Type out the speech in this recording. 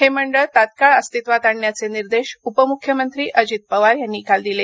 हे मंडळ तात्काळ अस्तित्वात आणण्याचे निर्देश उपमुख्यमंत्री अजित पवार यांनी काल दिले